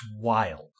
wild